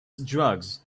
drugs